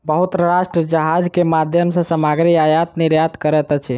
बहुत राष्ट्र जहाज के माध्यम सॅ सामग्री आयत निर्यात करैत अछि